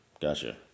Gotcha